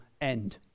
end